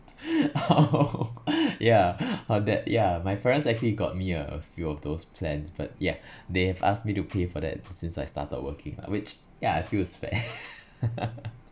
oh yeah that yeah my parents actually got me a few of those plans but yeah they've asked me to pay for that since I started working lah which ya I feel is fair